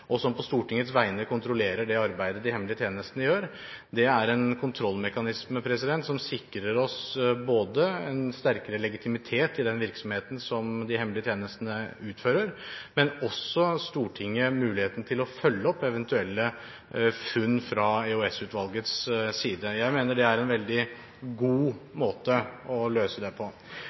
og som på Stortingets vegne kontrollerer det arbeidet de hemmelige tjenestene gjør. Det er en kontrollmekanisme som både sikrer oss en sterkere legitimitet til den virksomheten som de hemmelige tjenestene utfører, og også gir Stortinget muligheten til å følge opp eventuelle funn fra EOS-utvalgets side. Jeg mener det er en veldig god måte å løse det på.